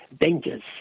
dangers